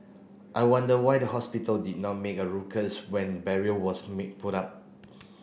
I wonder why the hospital did not make a when barrier was put up